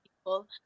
people